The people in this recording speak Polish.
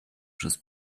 przez